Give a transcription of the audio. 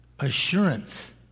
Assurance